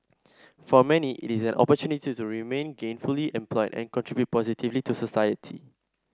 for many it is an opportunity to remain gainfully employed and contribute positively to society